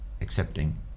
accepting